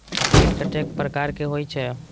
कीट कतेक प्रकार के होई छै?